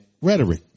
rhetoric